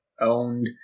owned